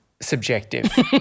subjective